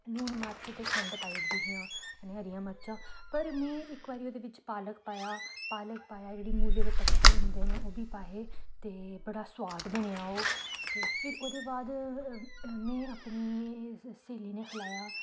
लून मरच ते खंड पाई ओड़दियां हियां कन्नै हरियां मरचां पर में इक बारी ओह्दे बिच्च पालक पाया पालक पाया जेह्ड़ी मूली दे पत्तर होंदे न ओह् बी पाए हे ते बड़ा सुआद बनेआ ओह् ते फिर ओह्दे बाद में अपनी स्हेलियें खलाया